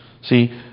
See